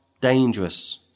dangerous